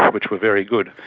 um which were very good.